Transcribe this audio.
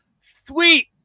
Sweet